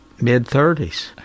mid-30s